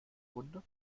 runde